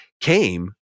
came